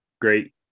great